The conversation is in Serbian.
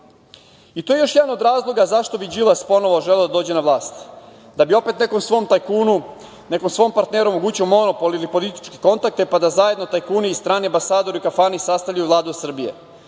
To je još jedan od razloga zašto bi Đilas ponovo želeo da dođe na vlast, da bi opet nekom svom tajkunu, nekom svom partneru omogućio monopol ili političke kontakte pa da zajedno tajkuni i strani ambasadori u kafani sastavljaju Vladu Srbije. Na